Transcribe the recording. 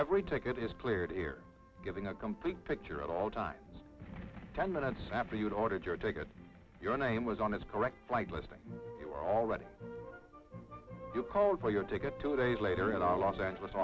every ticket is cleared air giving a complete picture at all times ten minutes after you've ordered your to get your name was on his correct flight listing you were already called by your ticket two days later at our los angeles